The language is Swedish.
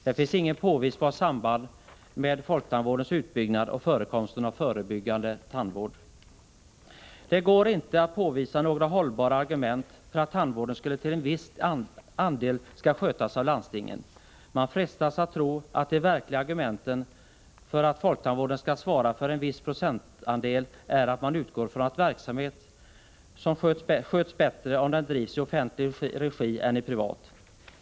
Det finns inget påvisbart samband med folktandvårdens utbyggnad och förekomsten av förebyggande tandvård. Det går inte att påvisa några hållbara argument för att tandvården till en viss andel skall skötas av landstingen. Man frestas att tro att det verkliga argumentet för att folktandvården skall svara för en viss procentandel är att man utgår från att verksamhet sköts bättre om den drivs i offentlig regi än i privat.